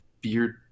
beard